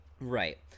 Right